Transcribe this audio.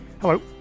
Hello